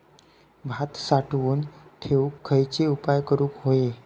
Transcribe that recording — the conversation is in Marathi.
भात साठवून ठेवूक खयचे उपाय करूक व्हये?